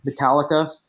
Metallica